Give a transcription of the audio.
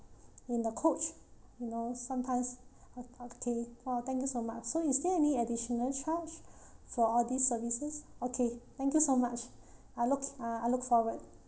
in the coach you know sometimes a tough day oh thank you so much so is there any additional charge for all these services okay thank you so much I look uh I look forward